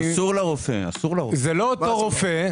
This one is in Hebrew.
זה לא אותו רופא.